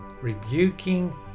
rebuking